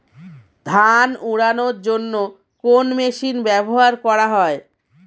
ধান উড়ানোর জন্য কোন মেশিন ব্যবহার করা হয়?